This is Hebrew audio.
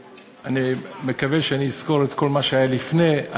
אני מקווה שאני אזכור את כל מה שהיה לפני כן.